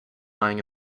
lying